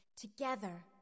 together